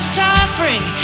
suffering